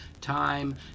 Time